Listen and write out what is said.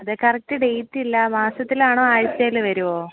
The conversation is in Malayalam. അത് കറക്റ്റ് ഡേറ്റ് ഇല്ല മാസത്തിലാണോ ആഴ്ചയിൽ വരുമോ